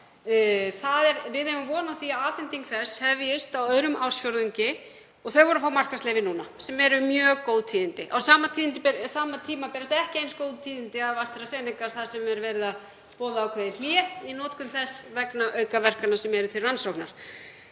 skammta. Við eigum von á því að afhending þess hefjist á öðrum ársfjórðungi og þau voru að fá markaðsleyfi núna, sem eru mjög góð tíðindi. Á sama tíma berast ekki eins góð tíðindi af AstraZeneca þar sem er verið að boða ákveðið hlé í notkun þess vegna aukaverkana sem eru til rannsóknar.